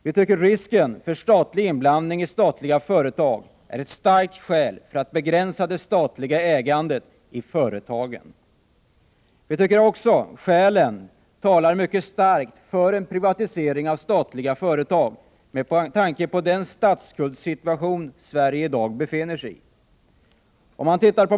Vi tycker att risken för statlig inblandning i statliga företag är ett starkt skäl för att begränsa det statliga ägandet av företagen. Vi tycker också att ett starkt skäl för en privatisering av statliga företag är den statsskuldssituation som Sverige i dag befinner sig i.